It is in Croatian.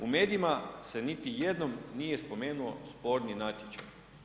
U medijima se niti jednom nije spomenuo sporni natječaj.